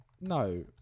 no